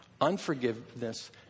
Unforgiveness